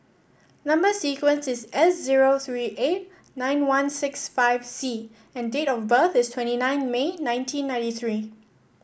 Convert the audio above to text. number sequence is S zero three eight nine one six five C and date of birth is twenty nine May nineteen ninety three